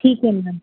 ਠੀਕ ਹੈ ਮੈਮ